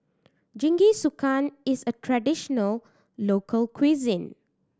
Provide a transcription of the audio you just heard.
Jingisukan is a traditional local cuisine